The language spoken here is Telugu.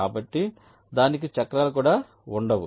కాబట్టి దానికి చక్రాలు కూడా ఉండవు